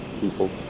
people